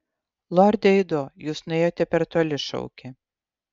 lorde aido jūs nuėjote per toli šaukė